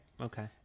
Okay